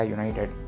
United